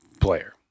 player